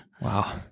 Wow